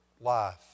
life